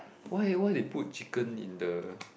why why they put chicken in the